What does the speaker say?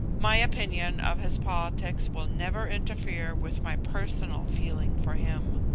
my opinion of his politics will never interfere with my personal feeling for him.